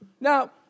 Now